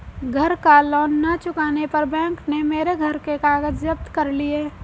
घर का लोन ना चुकाने पर बैंक ने मेरे घर के कागज जप्त कर लिए